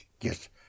Yes